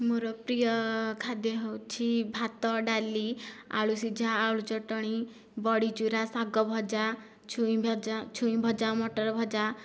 ମୋର ପ୍ରିୟ ଖାଦ୍ୟ ହେଉଛି ଭାତ ଡାଲି ଆଳୁ ସିଝା ଆଳୁ ଚଟଣି ବଡ଼ି ଚୁରା ଶାଗ ଭଜା ଛୁଇଁ ଭଜା ଛୁଇଁ ଭଜା ମଟର ଭଜା